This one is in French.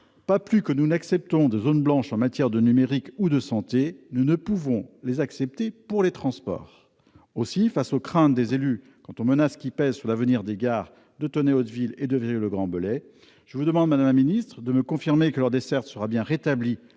Pas plus que nous n'acceptons de zones blanches en matière de numérique ou de santé, nous ne pouvons les accepter pour les transports. » Aussi, face aux craintes des élus quant aux menaces qui pèsent sur l'avenir des gares de Tenay-Hauteville et de Virieu-le-Grand-Belley, je vous demande, madame la secrétaire d'État, de me confirmer que leur desserte sera bien rétablie